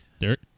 Derek